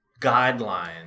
guidelines